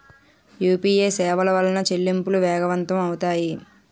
UPA సేవల వలన చెల్లింపులు వేగవంతం అవుతాయి